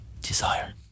desire